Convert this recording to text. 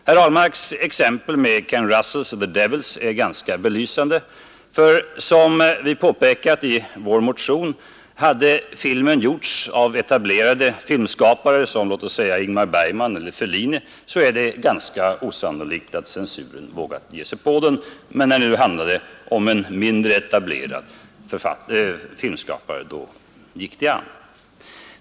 Herr Ahlmarks exempel med Ken Russels ”The Devils” är ganska belysande, för — som vi påpekar i vår motion — hade filmen gjorts av etablerade filmskapare som låt mig säga Ingmar Bergman eller Fellini, är det ganska osannolikt att censuren skulle ha vågat ge sig på dem; men när det nu handlade om en mindre etablerad filmskapare gick det an.